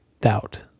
Doubt